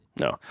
no